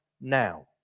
now